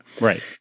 Right